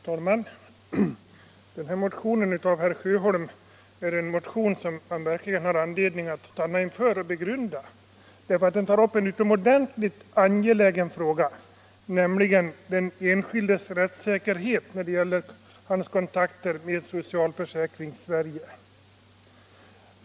Herr talman! Denna motion av herr Sjöholm finns det verkligen anledning att stanna inför och begrunda. Motionen tar upp en utomordentligt angelägen sak, nämligen den enskildes rättssäkerhet i hans kontakter med Socialförsäkringssverige.